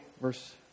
Verse